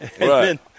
right